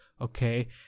Okay